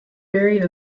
buried